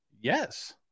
Yes